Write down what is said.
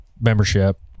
membership